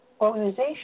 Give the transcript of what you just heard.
organization